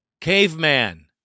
caveman